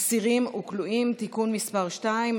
אסירים וכלואים) (תיקון מס' 2),